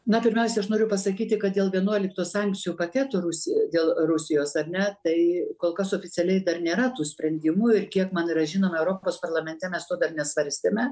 na pirmiausia aš noriu pasakyti kad dėl vienuolikto sankcijų paketo rusija dėl rusijos ar ne tai kol kas oficialiai dar nėra tų sprendimų ir kiek man yra žinoma europos parlamente mes to dar nesvarstėme